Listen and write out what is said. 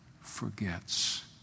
forgets